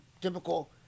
typical